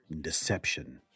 deception